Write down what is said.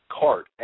cart